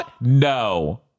No